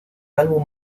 álbum